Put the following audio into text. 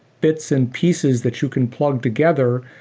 bits and pieces that you can plug together,